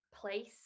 place